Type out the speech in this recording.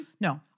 No